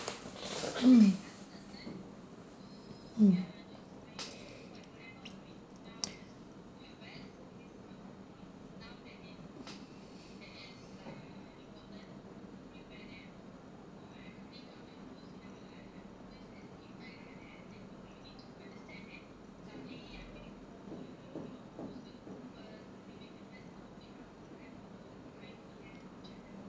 hmm hmm